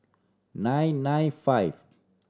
nine nine five